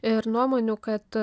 ir nuomonių kad